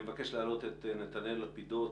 אני מבקש להעלות את נתנאל לפידות,